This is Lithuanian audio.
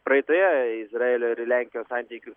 praeitoje izraelio ir lenkijos santykių